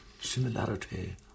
similarity